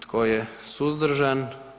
Tko je suzdržan?